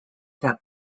that